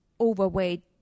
overweight